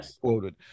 quoted